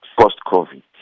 post-COVID